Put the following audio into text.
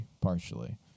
partially